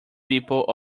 people